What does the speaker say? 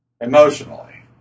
Emotionally